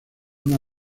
una